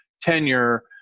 tenure